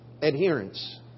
adherence